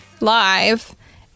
live